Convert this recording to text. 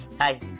Hi